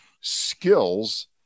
skills